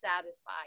satisfied